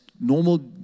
normal